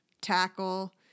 tackle